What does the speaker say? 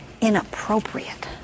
inappropriate